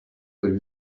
would